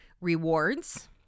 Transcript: Rewards